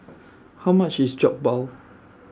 How much IS Jokbal